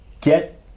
get